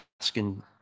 asking